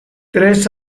tres